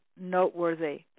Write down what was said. noteworthy